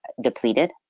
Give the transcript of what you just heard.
depleted